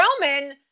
Roman